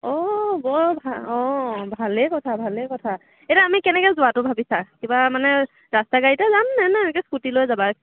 অঁ ব ভা অ ভালেই কথা ভালেই কথা এতিয়া আমি কেনেকৈ যোৱাটো ভাবিছা কিবা মানে ৰাস্তা গাড়ীতে যামনে নে নে এনেকৈ স্কুটি লৈ যাবা